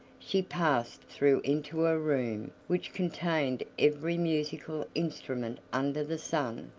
she passed through into a room which contained every musical instrument under the sun,